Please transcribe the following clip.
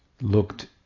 looked